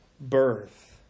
birth